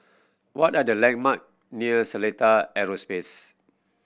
what are the landmark near Seletar Aerospace